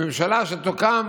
בממשלה שתוקם